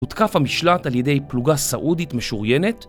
הותקף המשלט על ידי פלוגה סעודית משוריינת